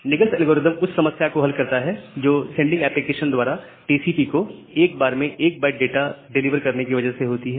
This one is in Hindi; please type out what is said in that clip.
निगलस एल्गोरिदम उस समस्या को हल करता है जो सेंडिंग एप्लीकेशन द्वारा टीसीपी को एक बार में 1 बाइट डाटा डिलीवर करने की वजह से होती है